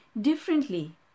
differently